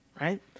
right